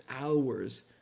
hours